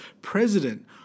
president